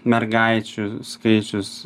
mergaičių skaičius